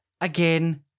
Again